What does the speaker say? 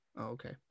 okay